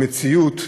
במציאות,